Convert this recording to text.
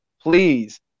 Please